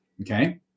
okay